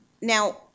Now